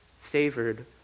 savored